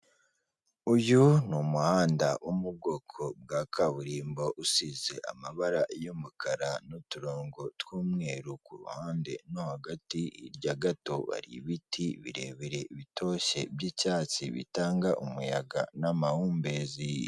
Uyu ni umuhanda wo mu bwoko bwa kaburimbo, usize amabara y'umukara n'uturongo tw'umweru ku ruhande no hagati, hirya gato hari ibiti birebire, bitoshye by'icyatsi bitanga umuyaga n'amahumbezi.